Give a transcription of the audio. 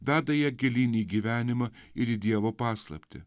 veda ją gilyn į gyvenimą ir į dievo paslaptį